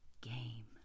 game